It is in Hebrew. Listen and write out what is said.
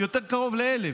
יותר קרוב ל-1,000,